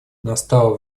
настало